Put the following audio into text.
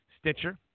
Stitcher